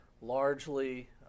largely